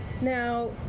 Now